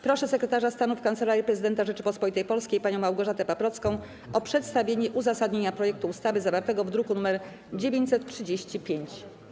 Proszę sekretarza stanu w Kancelarii Prezydenta Rzeczypospolitej Polskiej panią Małgorzatę Paprocką o przedstawienie uzasadnienia projektu ustawy zawartego w druku nr 935.